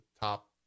top